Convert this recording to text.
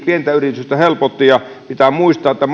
pientä yritystä helpotti ja pitää muistaa että